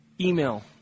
email